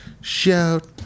shout